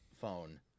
phone